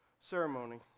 ceremony